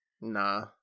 Nah